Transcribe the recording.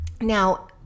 Now